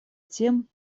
тем